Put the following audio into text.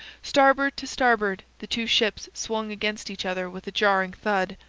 starboard to starboard the two ships swung against each other with a jarring thud.